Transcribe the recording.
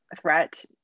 threat